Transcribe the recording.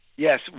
Yes